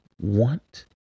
want